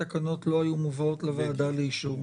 התקנות לא היו מובאות לוועדה לאישור.